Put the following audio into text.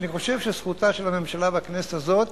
אני חושב שזכותה של הממשלה והכנסת הזאת